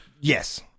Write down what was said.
yes